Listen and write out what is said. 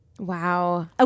Wow